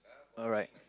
alright